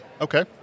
Okay